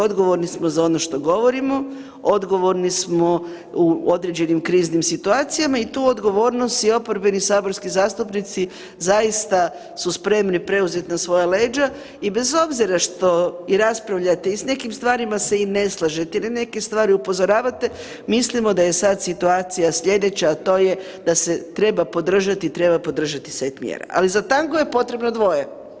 Odgovorni smo za ono što govorimo, odgovorni smo u određenim kriznim situacijama i tu odgovornost i oporbeni saborski zastupnici zaista su spremni preuzeti na svoja leđa i bez obzira što i raspravljate i s nekim stvarima se i ne slažete i na neke stvari upozoravate mislimo da je sad situacija slijedeća, a to je da se treba podržati i treba podržati set mjera, ali za tango je potrebno dvoje.